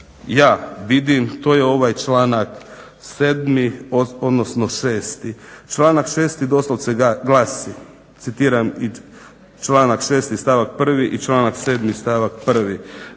ja vidim, to je ovaj članak 7. odnosno 6. Članak 6. doslovce glasi, citiram članak 6. stavak 1. i članak 7. stavak 1.: